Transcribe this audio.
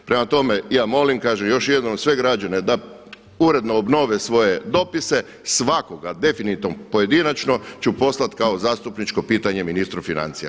Prema tome, ja molim, kažem još jednom sve građane da uredno obnove svoje dopise, svakoga, definitivno pojedinačno ću poslati kao zastupničko pitanje ministru financija.